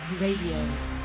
Radio